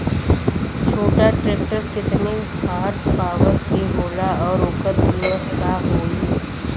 छोटा ट्रेक्टर केतने हॉर्सपावर के होला और ओकर कीमत का होई?